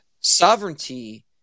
sovereignty